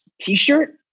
t-shirt